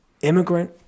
immigrant